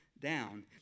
down